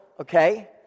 okay